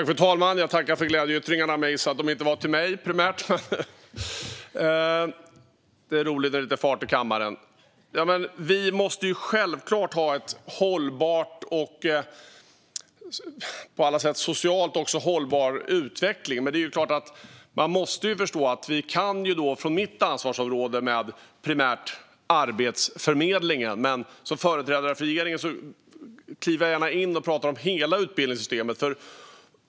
Fru talman! Jag tackar för glädjeyttringarna, men jag gissar att de inte primärt var till mig. Det är roligt när det är lite fart i kammaren. Vi måste självklart ha en på alla sätt, också socialt, hållbar utveckling. Mitt ansvarsområde är primärt Arbetsförmedlingen, men som företrädare för regeringen kliver jag gärna in och pratar om hela utbildningssystemet.